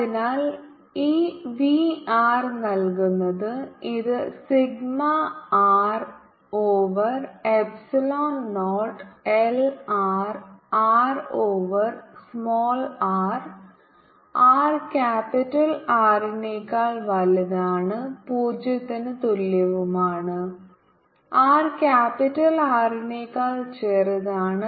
അതിനാൽ ഈ v r നൽകുന്നത് ഇത് sigma R over epsilon naught L R R over small R r capital R നേക്കാൾ വലുതാണ് 0 ന് തുല്യവുമാണ് r ക്യാപിറ്റൽ R നേക്കാൾ ചെറുതാണ്